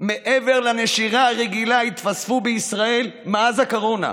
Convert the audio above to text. מעבר לנשירה הרגילה, התווספו בישראל מאז הקורונה.